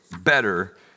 better